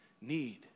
need